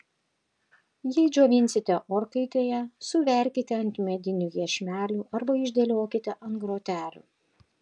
jei džiovinsite orkaitėje suverkite ant medinių iešmelių arba išdėliokite ant grotelių